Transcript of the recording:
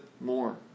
more